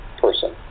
person